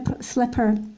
slipper